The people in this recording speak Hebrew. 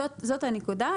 זאת הנקודה.